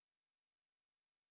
okay that's cool